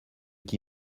qui